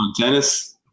Dennis